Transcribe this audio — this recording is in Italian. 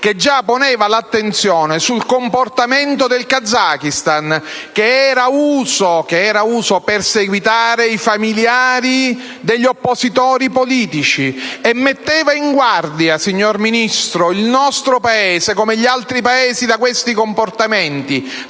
quale si poneva già l'attenzione sul comportamento del Kazakistan, che era uso perseguitare i familiari degli oppositori politici, e si metteva in guardia il nostro e gli altri Paesi da questi comportamenti,